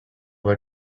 were